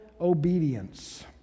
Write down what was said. obedience